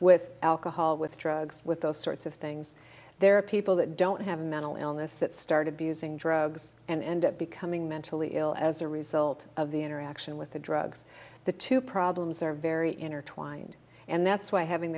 with alcohol with drugs with those sorts of things there are people that don't have a mental illness that started be using drugs and end up becoming mentally ill as a result of the interaction with the drugs the two problems are very intertwined and that's why having